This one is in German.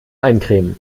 eincremen